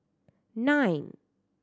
nine